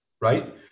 right